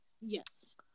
Yes